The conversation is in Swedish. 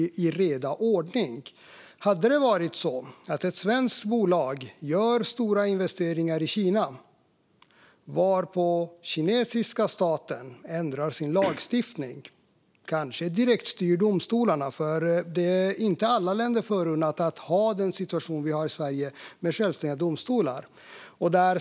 Vi kan tänka att det skulle gälla ett svenskt bolag som hade gjort stora investeringar i Kina, varpå den kinesiska staten hade ändrat sin lagstiftning och kanske direktstyrt domstolarna - det är inte alla länder förunnat att ha den situation som vi har i Sverige med självständiga domstolar.